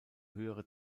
höhere